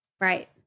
Right